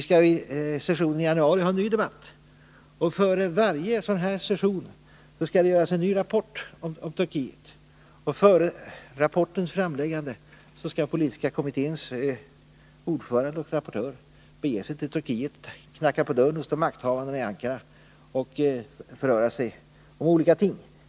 Under sessionen i januari skall vi ha en ny debatt. För varje sådan här session skall det utarbetas en ny rapport om Turkiet. Före rapportens framläggande skall politiska kommitténs ordförande och rapportör bege sig till Turkiet, knacka på dörren hos de makthavande i Ankara och förhöra sig om olika ting.